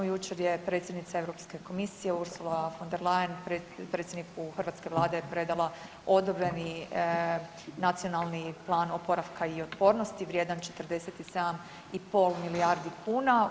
Jučer je predsjednica Europske komisije Ursula von der Leyen predsjedniku hrvatske Vlade predala odobreni Nacionalni plan oporavka i otpornosti vrijedan 47,5 milijardi kuna.